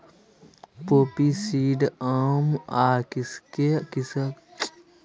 poppy seed चाम आ केसक बेसी धेआन रखै छै